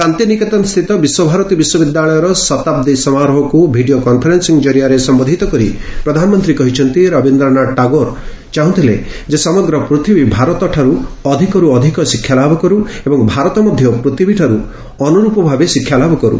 ଶାନ୍ତିନିକେତନସ୍ଥିତ ବିଶ୍ୱଭାରତୀ ବିଶ୍ୱବିଦ୍ୟାଳୟର ଶତାବ୍ଦୀ ସମାରୋହକୁ ଭିଡ଼ିଓ କନ୍ଫରେନ୍ସିଂ ଜରିଆରେ ସମ୍ଭୋଧୂତ କରି ପ୍ରଧାନମନ୍ତ୍ରୀ କହିଛନ୍ତି ରବିନ୍ଦ୍ରନାଥ ଟାଗୋର ଚାହୁଁଥିଲେ ଯେ ସମଗ୍ର ପୂଥିବୀ ଭାରତ ଠାରୁ ଅଧିକରୁ ଅଧିକ ଶିକ୍ଷାଲାଭ କରୁ ଏବଂ ଭାରତ ମଧ୍ୟ ପୃଥିବୀଠାରୁ ଅନୁରୂପ ଭାବେ ଶିକ୍ଷାଲାଭ କରୁ